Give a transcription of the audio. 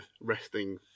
resting